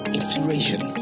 inspiration